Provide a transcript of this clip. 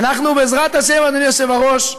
אנחנו, בעזרת השם, אדוני היושב-ראש,